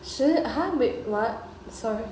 十 !huh! wait what sorry